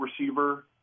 receiver